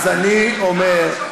אז אני אומר,